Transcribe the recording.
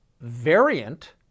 variant